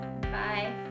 Bye